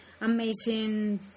amazing